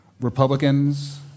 Republicans